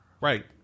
Right